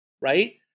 right